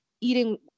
eating